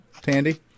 Tandy